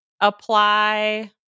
apply